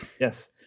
yes